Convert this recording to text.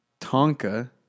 Tonka